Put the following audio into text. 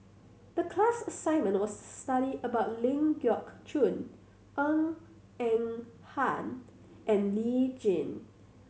the class assignment was study about Ling Geok Choon Ng Eng Hen and Lee Tjin